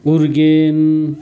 Urgen